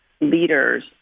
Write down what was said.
leaders